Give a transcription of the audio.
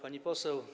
Pani Poseł!